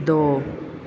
ਦੋ